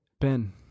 Ben